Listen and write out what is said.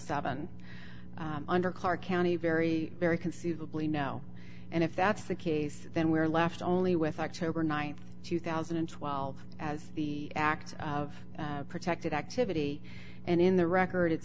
seven under clark county very very conceivably know and if that's the case then we're left only with october th two thousand and twelve as the act of protected activity and in the record